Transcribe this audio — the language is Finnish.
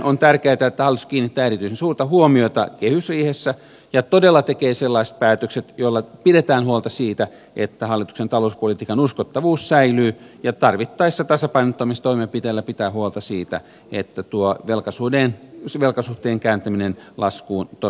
on tärkeätä että hallitus kiinnittää erityisen suurta huomiota tähän kehysriihessä ja todella tekee sellaiset päätökset joilla pidetään huolta siitä että hallituksen talouspolitiikan uskottavuus säilyy ja tarvittaessa tasapainottamistoimenpiteillä pitää huolta siitä että tuo velkasuhteen kääntäminen laskuun todellakin toteutuu